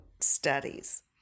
studies